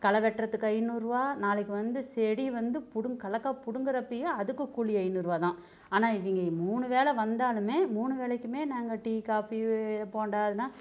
களை வெட்டுறதுக்கு ஐநூறுரூவா நாளைக்கு வந்து செடி வந்து பிடுங்க கல்லக்காய் பிடுங்குறப்பயும் அதுக்கு கூலி ஐநூறுரூவா தான் ஆனால் இவங்க மூணு வேலை வந்தாலுமே மூணு வேலைக்குமே நாங்கள் டீ காபி போண்டா அது எல்லாம்